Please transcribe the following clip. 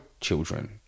children